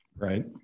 Right